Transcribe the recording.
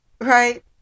Right